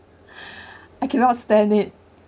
I cannot stand it